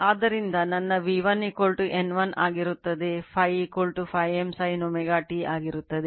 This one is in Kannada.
ಆದ್ದರಿಂದ ನನ್ನ V1 N1 ಆಗಿರುತ್ತದೆ Φ Φm sin ω t ಆಗಿರುತ್ತದೆ